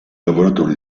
lavoratore